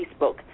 Facebook